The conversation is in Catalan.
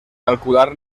calcular